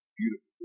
beautiful